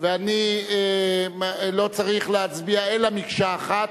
ואני לא צריך להצביע אלא כמקשה אחת,